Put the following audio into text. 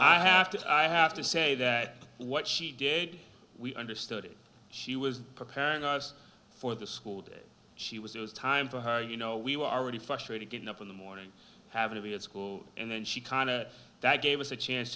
i have to i have to say that what she did we understood she was preparing us for the school day she was it was time for her you know we were already frustrated getting up in the morning having to be at school and then she kind of that gave us a chance